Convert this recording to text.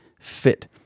fit